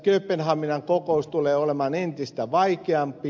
kööpenhaminan kokous tulee olemaan entistä vaikeampi